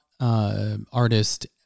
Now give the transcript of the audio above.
artist